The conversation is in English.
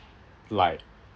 like